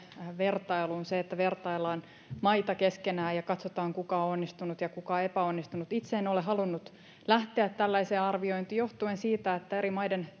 vertailuun siihen että vertaillaan maita keskenään ja katsotaan kuka on onnistunut ja kuka on epäonnistunut itse en ole halunnut lähteä tällaiseen arviointiin johtuen siitä että eri maiden